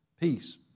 Peace